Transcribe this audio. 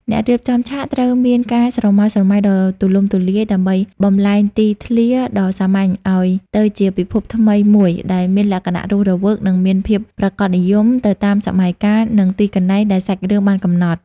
អ្នករៀបចំឆាកត្រូវមានការស្រមើស្រមៃដ៏ទូលំទូលាយដើម្បីបម្លែងទីធ្លាដ៏សាមញ្ញឱ្យទៅជាពិភពថ្មីមួយដែលមានលក្ខណៈរស់រវើក និងមានភាពប្រាកដនិយមទៅតាមសម័យកាល និងទីកន្លែងដែលសាច់រឿងបានកំណត់។